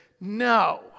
No